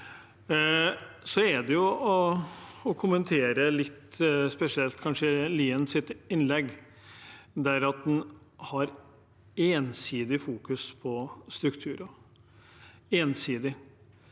på det. Det er å kommentere litt, spesielt kanskje Liens innlegg, der han har ensidig fokus på strukturer – ensidig.